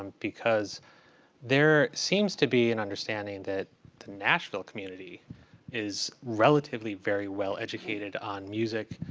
um because there seems to be an understanding that the national community is relatively very well-educated on music,